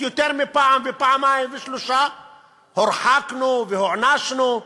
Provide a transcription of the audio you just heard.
יותר מפעם ופעמיים ושלוש הורחקנו והוענשנו.